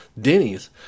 Denny's